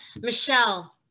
Michelle